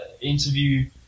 interview